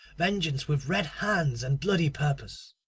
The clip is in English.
vengeance with red hands and bloody purpose.